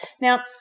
Now